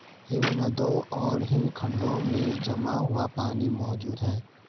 हिमनदों और हिमखंडों में जमा हुआ पानी मौजूद हैं